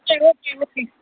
okay okay okay